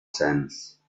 sense